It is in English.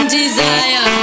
desire